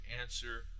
answer